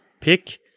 Pick